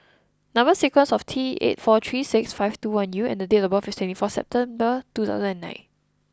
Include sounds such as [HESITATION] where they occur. Number sequence is T eight four three six five two one U and date of birth is twenty four September [HESITATION] two thousand and nine